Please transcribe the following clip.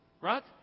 right